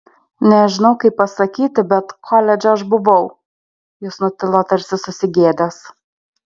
nežinau kaip pasakyti bet koledže aš buvau jis nutilo tarsi susigėdęs